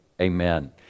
amen